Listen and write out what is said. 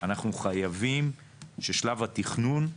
אנחנו חייבים ששלב התכנון יקודם.